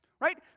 right